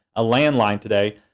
a landline today,